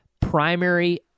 primary